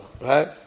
right